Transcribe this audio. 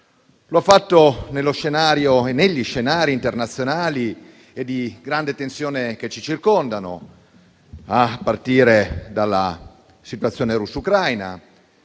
ha fatto negli scenari internazionali e di grande tensione che ci circondano, a partire dalla situazione russo-ucraina.